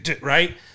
right